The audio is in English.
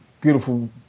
Beautiful